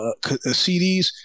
CDs